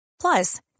plus